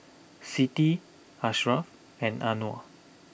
Siti Ashraff and Anuar